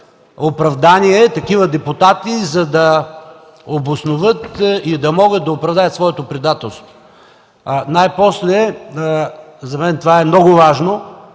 оправдание такива депутати, за да обосноват и да могат да оправдаят своето предателство. Най-после за мен това е много важно,